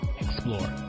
explore